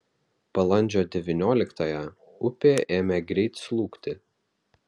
balandžio devynioliktąją upė ėmė greit slūgti